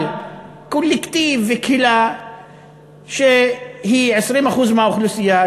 אבל קולקטיב וקהילה שהיא 20% מהאוכלוסייה,